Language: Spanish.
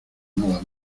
nada